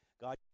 God